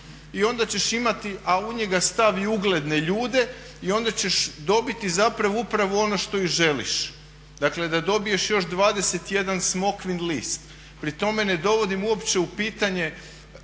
i onda ćeš imati, a u njega stavi ugledne ljude i onda ćeš dobiti zapravo upravo ono što i želiš, dakle da dobiješ još 21 smokvin list. Pri tome ne dovodim uopće u pitanje